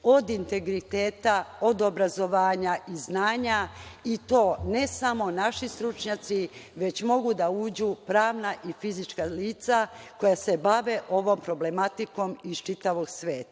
od integriteta, od obrazovanja i znanja i to ne samo naši stručnjaci, već mogu da uđu pravna i fizička lica koja se bave ovom problematikom iz čitavog sveta.